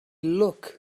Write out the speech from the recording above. look